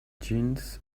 jeans